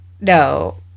no